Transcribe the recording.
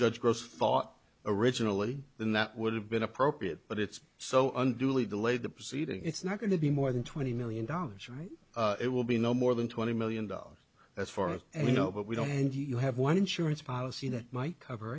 judge gross fought originally when that would have been appropriate but it's so unduly delayed the proceeding it's not going to be more than twenty million dollars right it will be no more than twenty million dollars as far as you know but we don't know and you have one insurance policy that might cover